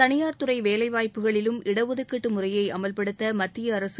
தனியார் துறை வேலைவாய்ப்புகளிலும் இடஒதுக்கீட்டு முறையை அமல்படுத்த மத்திய அரசு